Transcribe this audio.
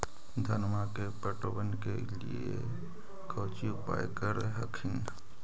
धनमा के पटबन के लिये कौची उपाय कर हखिन?